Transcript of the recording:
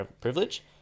privilege